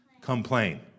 Complain